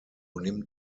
nimmt